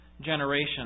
generation